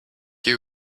you